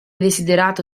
desiderato